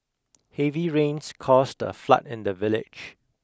heavy rains caused a flood in the village